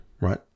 right